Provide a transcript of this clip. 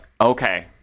Okay